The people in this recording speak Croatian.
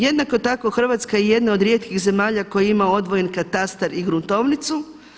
Jednako tako Hrvatska je jedna od rijetkih zemalja koja ima odvojen katastar i gruntovnicu.